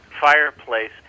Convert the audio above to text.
fireplace